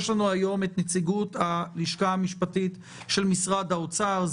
יש לנו היום את נציגות הלשכה המשפטית של משרד האוצר.